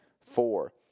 Four